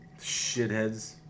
Shitheads